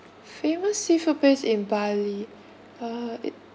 famous seafood place in bali uh it